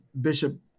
bishop